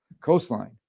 coastline